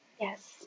Yes